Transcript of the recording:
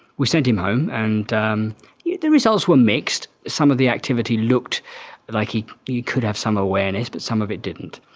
we sent him home, and um yeah the results were mixed. some of the activity looked like he yeah could have some awareness but some of it didn't.